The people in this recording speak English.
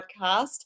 podcast